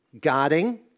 guarding